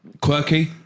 Quirky